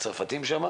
הצרפתים שם,